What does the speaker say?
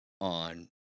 on